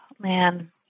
Man